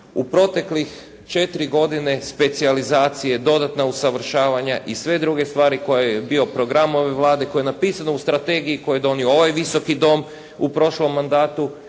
U proteklih četiri godine specijalizacije, dodatna usavršavanja i sve druge stvari koje je bio program ove Vlade, koje je napisano u strategiji koju je donio ovaj Visoki dom u prošlom mandatu